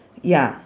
ya